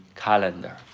calendar